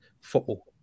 football